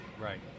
Right